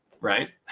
Right